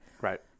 Right